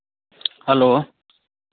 hello